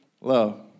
Love